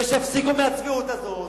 ושיפסיקו עם הצביעות הזאת,